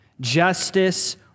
Justice